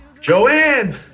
Joanne